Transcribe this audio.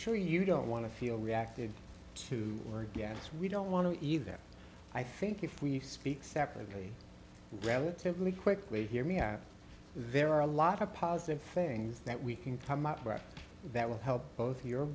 sure you don't want to feel reacted to or gas we don't want to either i think if we speak separately relatively quickly here we are there are a lot of positive things that we can come up with that will help both your